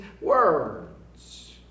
words